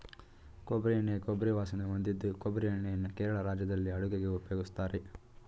ಕೊಬ್ಬರಿ ಎಣ್ಣೆ ಕೊಬ್ಬರಿ ವಾಸನೆ ಹೊಂದಿದ್ದು ಕೊಬ್ಬರಿ ಎಣ್ಣೆಯನ್ನು ಕೇರಳ ರಾಜ್ಯದಲ್ಲಿ ಅಡುಗೆಗೆ ಉಪಯೋಗಿಸ್ತಾರೆ